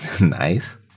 Nice